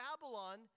Babylon